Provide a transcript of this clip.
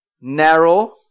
Narrow